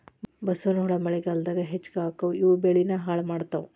ಬಸವನಹುಳಾ ಮಳಿಗಾಲದಾಗ ಹೆಚ್ಚಕ್ಕಾವ ಇವು ಬೆಳಿನ ಹಾಳ ಮಾಡತಾವ